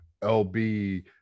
lb